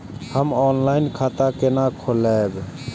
हम ऑनलाइन खाता केना खोलैब?